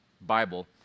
Bible